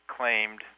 claimed